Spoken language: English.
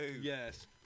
Yes